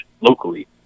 locally